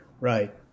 Right